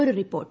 ഒരു റിപ്പോർട്ട്